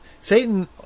Satan